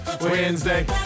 Wednesday